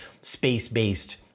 space-based